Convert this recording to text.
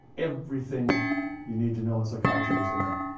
everything you need to know in psychiatry was in there.